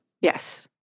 Yes